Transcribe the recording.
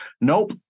nope